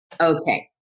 Okay